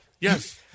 yes